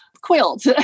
quilt